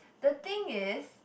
the thing is